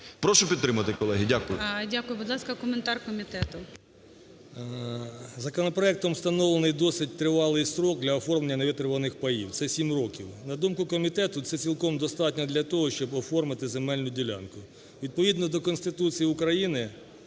Прошу підтримати, колеги. Дякую. ГОЛОВУЮЧИЙ. Дякую. Будь ласка, коментар комітету. 13:35:23 КУЛІНІЧ О.І. Законопроектом встановлений досить тривалий строк для оформлення не витребуваних паїв – це 7 років. На думку комітету це цілком достатньо для того, щоб оформити земельну ділянку. Відповідно до Конституції України